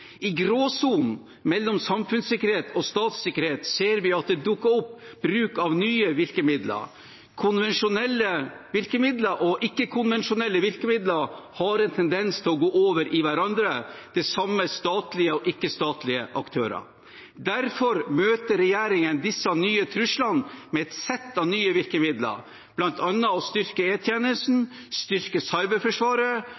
I gråsonen mellom samfunnssikkerhet og statssikkerhet ser vi at det dukker opp bruk av nye virkemidler. Konvensjonelle virkemidler og ikke-konvensjonelle virkemidler har en tendens til gå over i hverandre – det samme med statlige og ikke-statlige aktører. Derfor møter regjeringen disse nye truslene med et sett av nye virkemidler, bl.a. ved å styrke